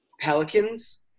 Pelicans